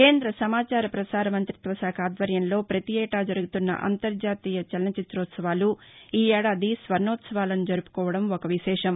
కేంద్ర సమాచార ప్రసార మంతిత్వశాఖ ఆధ్వర్యంలో ప్రతి ఏటా జరుగుతున్న అంతర్జాతీయ చలన చిత్రోత్సవాలు ఈ ఏడాది స్వర్ణోత్సవాలను జరుపుకోవడం ఒక విశేషం